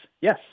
Yes